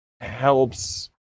helps